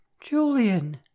Julian